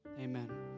Amen